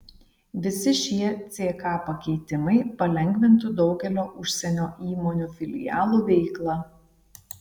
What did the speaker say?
visi šie ck pakeitimai palengvintų daugelio užsienio įmonių filialų veiklą